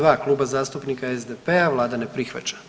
2. Kluba zastupnika SDP-a vlada ne prihvaća.